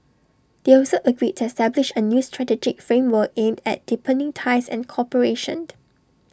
they also agreed to establish A new strategic framework aimed at deepening ties and cooperation